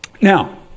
now